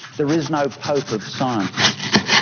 there is no pope of scientists,